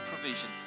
provision